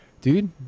Dude